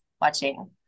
watching